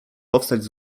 powstać